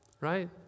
right